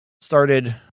started